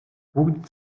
бүгд